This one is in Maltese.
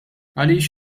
għaliex